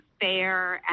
fair